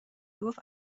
گفت